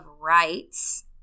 Rights